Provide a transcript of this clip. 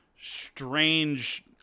strange